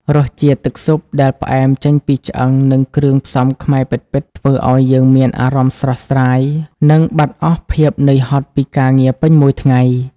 រសជាតិទឹកស៊ុបដែលផ្អែមចេញពីឆ្អឹង និងគ្រឿងផ្សំខ្មែរពិតៗ ធ្វើឱ្យយើងមានអារម្មណ៍ស្រស់ស្រាយ និងបាត់អស់ភាពនឿយហត់ពីការងារពេញមួយថ្ងៃ។